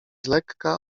lekka